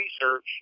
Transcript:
research